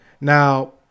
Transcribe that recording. Now